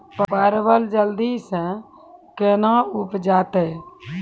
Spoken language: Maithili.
परवल जल्दी से के ना उपजाते?